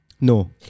no